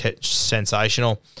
sensational